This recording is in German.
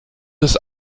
des